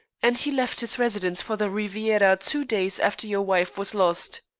and he left his residence for the riviera two days after your wife was lost.